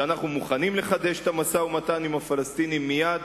שאנחנו מוכנים לחדש את המשא-ומתן עם הפלסטינים מייד,